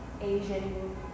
Asian